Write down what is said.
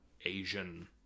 Asian